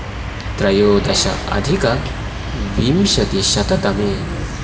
त्रयोदश अधिक विंशतिशततमे